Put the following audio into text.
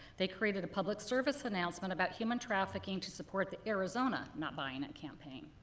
they created a public service announcement about human trafficking to support the arizona not buying it campaign.